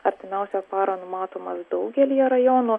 artimiausią parą numatomas daugelyje rajonų